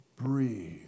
Breathe